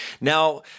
Now